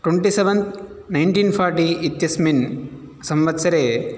twenty seven nineteen forty इत्यस्मिन् संवत्सरे